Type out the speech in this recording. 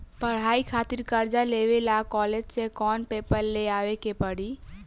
पढ़ाई खातिर कर्जा लेवे ला कॉलेज से कौन पेपर ले आवे के पड़ी?